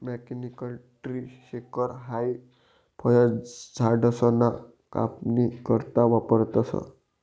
mechanical tree shaker हाई फयझाडसना कापनी करता वापरतंस